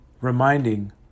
reminding